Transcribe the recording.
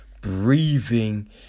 Breathing